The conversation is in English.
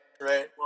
right